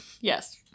Yes